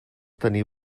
tenir